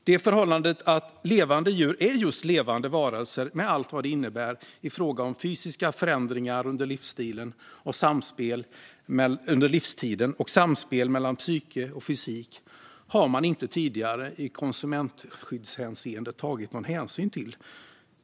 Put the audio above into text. Det förhållandet att levande djur är just levande varelser med allt vad det innebär i fråga om fysiska förändringar under livstiden och samspel mellan psyke och fysik har man tidigare inte tagit någon hänsyn till i konsumentskyddshänseende.